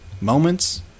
Moments